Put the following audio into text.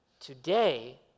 Today